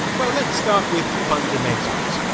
well, let's start with fundamentals.